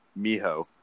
Miho